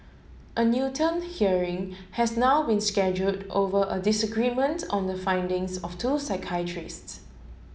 a Newton hearing has now been scheduled over a disagreement on the findings of two psychiatrists